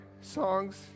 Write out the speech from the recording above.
songs